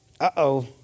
uh-oh